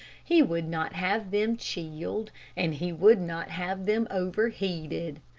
he would not have them chilled, and he would not have them overheated.